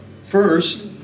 First